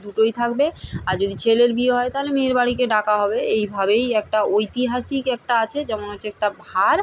দুটোই থাকবে আর যদি ছেলের বিয়ে হয় তাহলে মেয়ের বাড়িকে ডাকা হবে এইভাবেই একটা ঐতিহাসিক একটা আছে যেমন হচ্ছে একটা ভার